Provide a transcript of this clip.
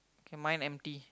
okay mine empty